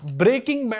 Breaking